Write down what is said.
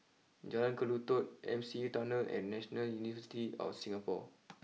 Jalan Kelulut M C E Tunnel and National University of Singapore